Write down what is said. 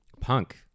punk